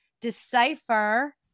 decipher